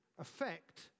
affect